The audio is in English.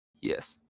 yes